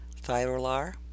Thyrolar